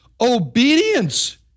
obedience